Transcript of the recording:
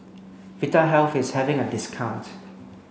Vitahealth is having a discount